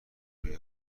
روی